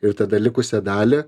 ir tada likusią dalį